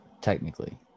Technically